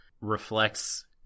reflects